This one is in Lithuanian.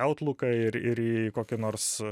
autluką ir ir į kokį nors